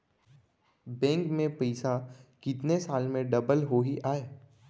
Bank में पइसा कितने साल में डबल होही आय?